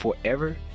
forever